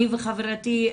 אני וחברתי,